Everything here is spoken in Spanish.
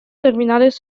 termales